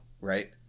right